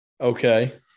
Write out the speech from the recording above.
Okay